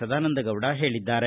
ಸದಾನಂದಗೌಡ ಹೇಳಿದ್ದಾರೆ